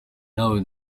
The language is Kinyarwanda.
nawe